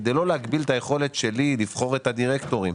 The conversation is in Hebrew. כדי לא להגביל את היכולת שלי לבחור את הדירקטורים.